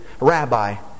Rabbi